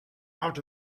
out